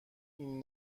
این